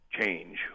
change